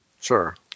sure